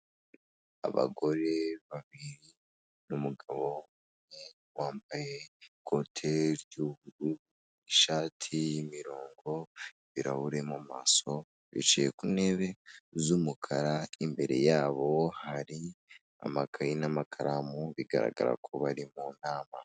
Abagore babiri n'umugabo umwe wambaye ikote ry'ubururu, ishati y'imirongo, ibirahure mu maso, bicaye ku ntebe z'umukara, imbere yabo hari amakaye n'amakaramu, bigaragara ko bari mu nama.